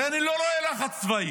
אני לא רואה לחץ צבאי.